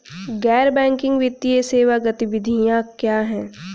गैर बैंकिंग वित्तीय सेवा गतिविधियाँ क्या हैं?